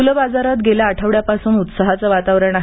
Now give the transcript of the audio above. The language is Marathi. फुल बाजारात गेल्या आठवड्यापासून उत्साहाचं वातावरण आहे